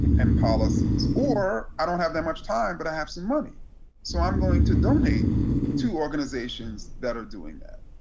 and policies. or i don't have that much time, but i have some money so i'm going to donate to organizations that are doing that.